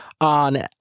on